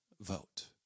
vote